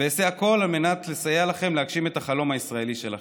ואעשה הכול על מנת לסייע לכם להגשים את החלום הישראלי שלכם.